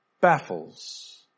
baffles